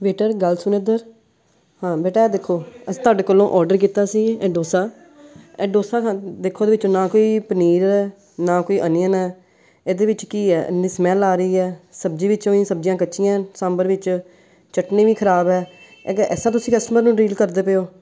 waiter ਗੱਲ ਸੁਣੋ ਇੱਧਰ ਹਾਂ ਬੇਟਾ ਦੇਖੋ ਅਸੀਂ ਤੁਹਾਡੇ ਕੋਲੋਂ ਔਡਰ ਕੀਤਾ ਸੀ ਇਹ ਡੋਸਾ ਇਹ ਡੋਸਾ ਖਾਂ ਦੇਖੋ ਇਹਦੇ ਵਿੱਚੋਂ ਨਾ ਕੋਈ ਪਨੀਰ ਹੈ ਨਾ ਕੋਈ ਅਨੀਅਨ ਹੈ ਇਹਦੇ ਵਿੱਚ ਕੀ ਹੈ ਐਨੀ ਸਮੈੱਲ ਆ ਰਹੀ ਹੈ ਸਬਜ਼ੀ ਵਿੱਚੋਂ ਵੀ ਸਬਜ਼ੀਆਂ ਕੱਚੀਆਂ ਸਾਂਬਰ ਵਿੱਚ ਚਟਨੀ ਵੀ ਖਰਾਬ ਹੈ ਐਸਾ ਤੁਸੀਂ ਕਸਟਮਰ ਨੂੰ ਡੀਲ ਕਰਦੇ ਪਏ ਹੋ